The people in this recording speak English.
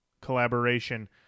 collaboration